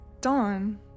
Dawn